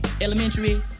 Elementary